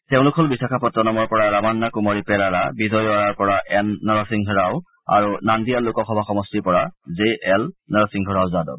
তেওঁলোক হল বিশাখাপট্টনমৰ পৰা ৰামান্না কুমাৰী পেৰাৰা বিজয়ৱাৰাৰ পৰা এন নৰসিংহৰাও আৰু নান্দিয়াল লোকসভা সমষ্টিৰ পৰা জে এল নৰসিংহৰাও যাদৱ